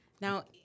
Now